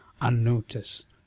unnoticed